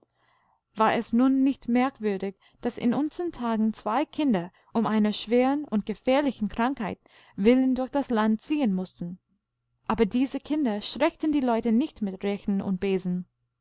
war es nun nicht merkwürdig daß in unsern tagen zwei kinder um einer schwerenundgefährlichenkrankheitwillendurchdaslandziehenmußten aber diese kinder schreckten die leute nicht mit rechen und besen